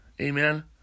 amen